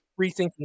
rethinking